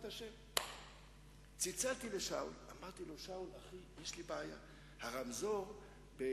ניתן לרשויות המקומיות לכוון רמזורים,